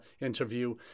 interview